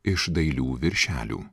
iš dailių viršelių